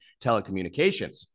telecommunications